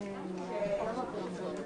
ירים את ידו.